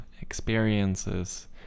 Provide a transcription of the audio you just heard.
experiences